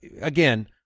again